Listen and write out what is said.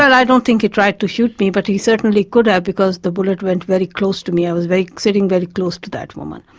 i don't think he tried to shoot me but he certainly could have because the bullet went very close to me, i was sitting very close to that woman.